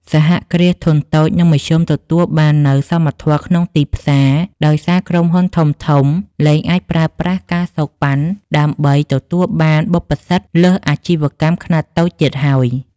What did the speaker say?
សហគ្រាសធុនតូច និងមធ្យម ទទួលបាននូវ "សមធម៌ក្នុងទីផ្សារ" ដោយសារក្រុមហ៊ុនធំៗលែងអាចប្រើប្រាស់ ការសូកប៉ាន់ ដើម្បីទទួលបានបុព្វសិទ្ធិលើសអាជីវកម្មខ្នាតតូចទៀតហើយ។